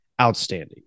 outstanding